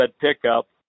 pickup